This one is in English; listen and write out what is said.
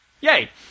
Yay